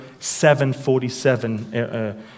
747